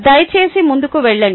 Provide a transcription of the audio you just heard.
దయచేసి ముందుకు వెళ్ళండి